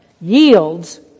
yields